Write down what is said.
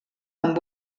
amb